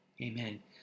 amen